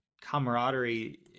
camaraderie